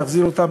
להחזיר אותם